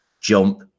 jump